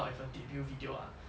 come up with a debut video ah but